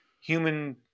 human